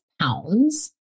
pounds